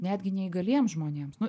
netgi neįgaliems žmonėms nu